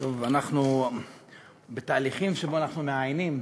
טוב, אנחנו בתהליכים שבהם אנחנו מעיינים